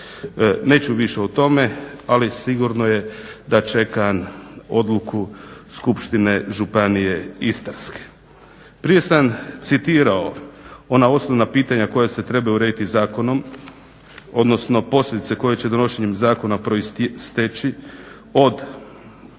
Neću više o tome, ali sigurno je da čekam odluku Skupštine županije Istarske. Prije sam citirao ona osnovna pitanja koja se trebaju urediti zakonom, odnosno posljedice koje će donošenjem zakona proisteći od jednakog